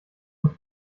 und